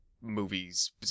movies